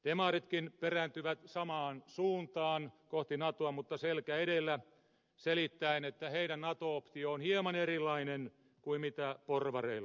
demaritkin perääntyvät samaan suuntaan kohti natoa mutta selkä edellä selittäen että heidän nato optionsa on hieman erilainen kuin porvareilla